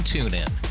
TuneIn